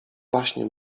właśnie